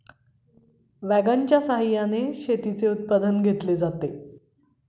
वॅगनच्या सहाय्याने शेतीचे उत्पादन घेतले जाते